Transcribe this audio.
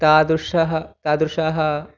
तादृशः तादृशाः